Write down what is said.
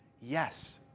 yes